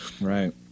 Right